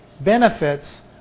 benefits